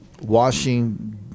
washing